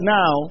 now